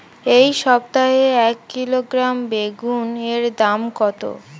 এই সপ্তাহে এক কিলোগ্রাম বেগুন এর দাম কত?